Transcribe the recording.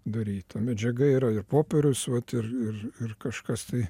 daryta medžiaga yra ir popierius vat ir ir kažkas tai